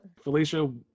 Felicia